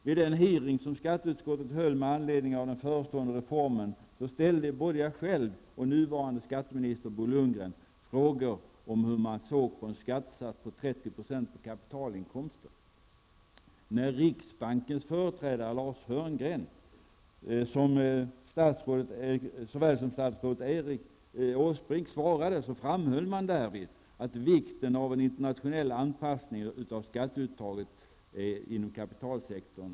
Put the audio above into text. Vid den hearing som skatteutskottet hade med anledning av den förestående reformen ställde både jag själv och vår nuvarande skatteminister Bo Lundgren frågor om synen på en skattesats om Såväl riksbankens företrädare Lars Hörngren som dåvarande statsrådet Erik Åsbrink framhöll den stora betydelsen av en internationell anpassning av skatteuttaget inom kapitalsektorn.